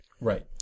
right